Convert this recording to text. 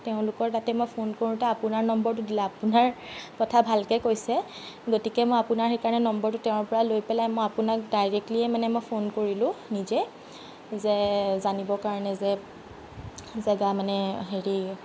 তেওঁলোকৰ তাতে মই ফোন কৰোঁতে আপোনাৰ নম্বৰটো দিলে আপোনাৰ কথা ভালকৈ কৈছে গতিকে মই আপোনাৰ সেইকাৰণে নম্বৰতো তেওঁৰ পৰা লৈ পেলাই মই আপোনাক ডাইৰেক্টলিয়ে মানে মই ফোন কৰিলোঁ নিজে যে জানিবৰ কাৰণে যে জেগা মানে হেৰি